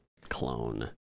clone